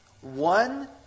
One